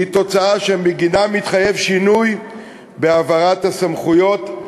היא תוצאה שבגינה מתחייב שינוי בהעברת הסמכויות.